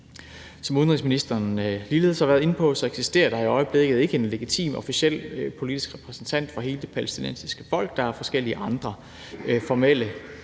Som udenrigsministeren ligeledes har været inde på, eksisterer der i øjeblikket ikke en legitim officiel politisk repræsentant for hele det palæstinensiske folk, og der er forskellige andre formelle